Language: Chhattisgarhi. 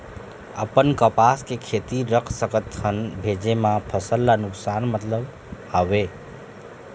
अपन कपास के खेती रख सकत हन भेजे मा फसल ला नुकसान मतलब हावे?